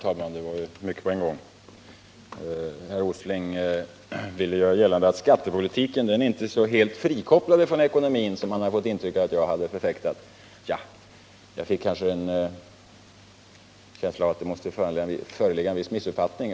Herr talman! Det var ju mycket på en gång. Nils Åsling sade att han hade fått intrycket att jag förfäktade att skattepolitiken är frikopplad från ekonomin. Jag har en känsla av att det måste föreligga en missuppfattning.